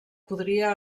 podria